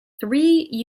three